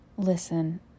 Listen